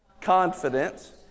confidence